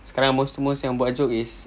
sekarang most to most yang buat joke is